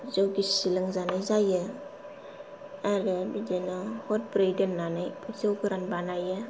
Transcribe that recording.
जौ गिसि लोंजानाय जायो आरो बिदिनो हरब्रै दोननानै जौ गोरान बानायो